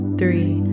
three